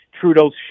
Trudeau's